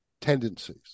tendencies